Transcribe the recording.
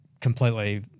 completely